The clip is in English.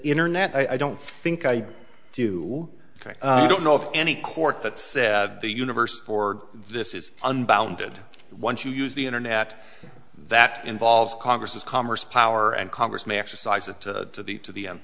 internet i don't think i do i don't know of any court that says the universe for this is unbounded once you use the internet that involves congress as commerce power and congress may exercise it to the to the nth